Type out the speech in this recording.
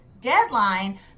deadline